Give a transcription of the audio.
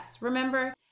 Remember